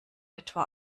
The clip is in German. etwa